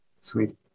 Sweet